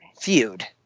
feud